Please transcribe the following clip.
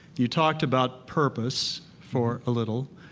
you talked about purpose for a little.